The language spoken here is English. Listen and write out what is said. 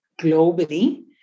globally